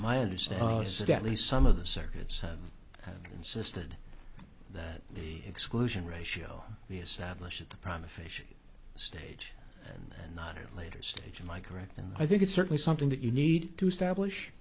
my understanding is that at least some of the circuits insisted that the exclusion ratio be established at the provocation stage and not a later stage in my correct and i think it's certainly something that you need to stablish